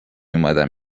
اومدم